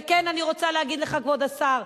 וכן, אני רוצה להגיד לך, כבוד השר: